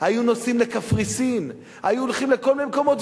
היו נוסעים לקפריסין, היו הולכים לכל מיני מקומות.